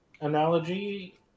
analogy